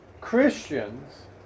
Christians